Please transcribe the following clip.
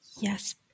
Yes